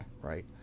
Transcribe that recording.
Right